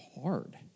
hard